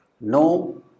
no